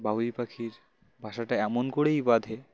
বাবুই পাখির ভাষাটা এমন করেই বাঁধে